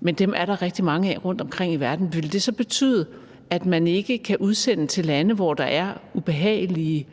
men dem er der rigtig mange af rundtomkring i verden. Vil det så betyde, at man ikke kan udsende til lande, hvor der er ubehagelige